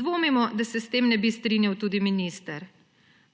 Dvomimo, da se s tem ne bi strinjal tudi minister.